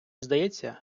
здається